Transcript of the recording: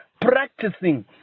practicing